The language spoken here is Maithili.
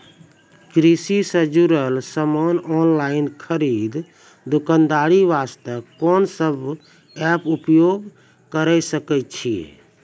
कृषि से जुड़ल समान ऑनलाइन खरीद दुकानदारी वास्ते कोंन सब एप्प उपयोग करें सकय छियै?